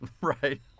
Right